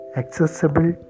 accessible